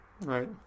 right